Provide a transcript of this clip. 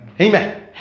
Amen